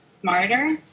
smarter